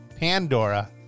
Pandora